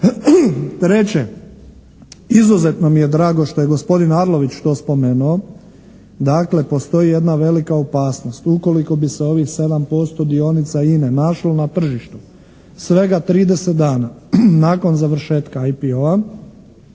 Treće, izuzetno mi je drago što je gospodin Arlović to spomenuo. Dakle, postoji jedna velika opasnost. Ukoliko bi se ovih 7% dionica INA-e našlo na tržištu, svega 30 dana nakon završetka IPO-a